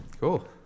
Cool